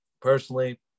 Personally